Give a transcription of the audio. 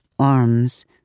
arms